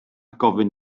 gofyn